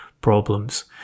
problems